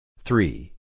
Three